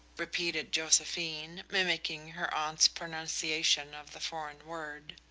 repeated josephine, mimicking her aunt's pronunciation of the foreign word,